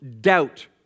doubt